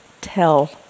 tell